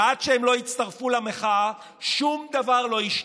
ועד שהם לא יצטרפו למחאה, שום דבר לא ישתנה.